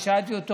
ושאלתי אותו,